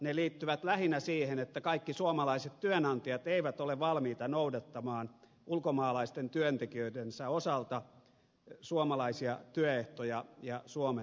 ne liittyvät lähinnä siihen että kaikki suomalaiset työnantajat eivät ole valmiita noudattamaan ulkomaalaisten työntekijöidensä osalta suomalaisia työehtoja ja suomen lakia